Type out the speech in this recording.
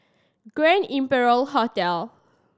Grand Imperial Hotel